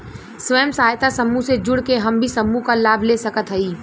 स्वयं सहायता समूह से जुड़ के हम भी समूह क लाभ ले सकत हई?